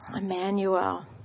Emmanuel